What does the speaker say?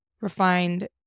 refined